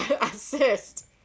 assist